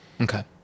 Okay